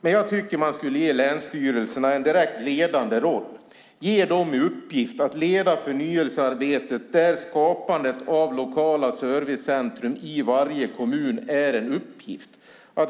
Men jag tycker att man skulle ge länsstyrelserna en direkt ledande roll, att man skulle ge dem i uppgift att leda det förnyelsearbete där skapandet av lokala servicecentrum i varje kommun är en uppgift.